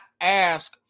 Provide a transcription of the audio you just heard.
ask